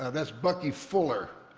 ah that's bucky fuller.